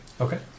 Okay